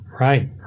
Right